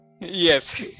Yes